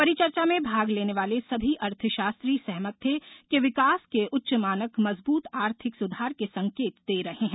परिचर्चा में भाग लेने वाले सभी अर्थशास्त्री सहमत थे कि विकास के उच्च मानक मजबूत आर्थिक सुधार के संकेत दे रहे हैं